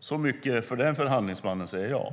Så mycket för den förhandlingsmannen, säger jag.